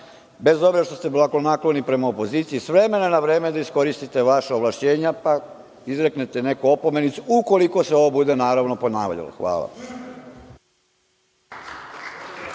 bez obzira što ste blagonakloni prema opoziciji, s vremena na vreme da iskoristite vaša ovlašćenja pa izreknete neku opomenicu, ukoliko se ovo bude, naravno, ponavljalo. Hvala.